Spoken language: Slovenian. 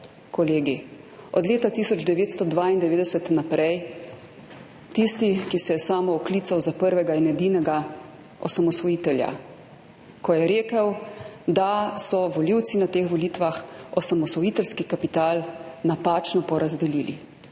kolegi? Od leta 1992 naprej tisti, ki se je samooklical za prvega in edinega osamosvojitelja, ko je rekel, da so volivci na teh volitvah osamosvojiteljski kapital napačno porazdelili,